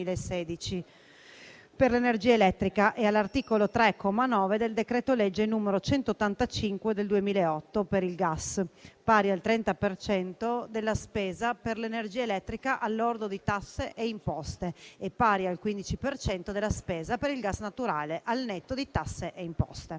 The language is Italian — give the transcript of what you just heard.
per l'energia elettrica e all'articolo 3, comma 9, del decreto-legge n. 185 del 2008 per il gas, pari al 30 per cento della spesa per l'energia elettrica al lordo di tasse e imposte, e pari al 15 per cento della spesa per il gas naturale al netto di tasse e imposte.